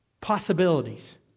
possibilities